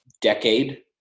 Decade